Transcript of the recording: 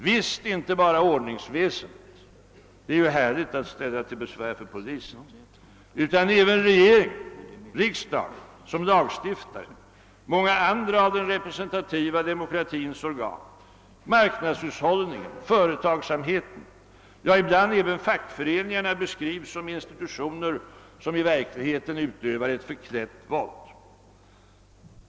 Visst inte bara ordningsväsendet — det är ju härligt att ställa till besvär för polisen — utan även regeringen, riksdagen som lagstiftare, många andra av den representativa demokratins organ, marknadshushållningen, företagsamheten, ja ibland även fackföreningarna beskrivs som institutioner som i verkligheten utövar ett förklätt våld.